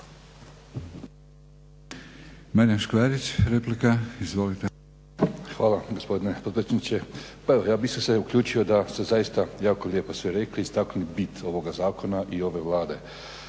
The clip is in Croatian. Hvala gospodine potpredsjedniče. Pa evo ja bih isto se uključio da ste zaista jako lijepo sve rekli, istaknuli bit ovoga Zakona i ove Vlade.